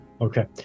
Okay